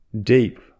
deep